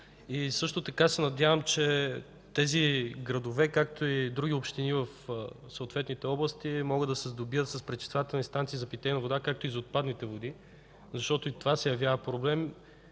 Също така се надявам, че тези градове, както и други общини в съответните области, могат да се сдобият с пречиствателни станции за питейна вода, както и за отпадните води, защото и това се явява проблем.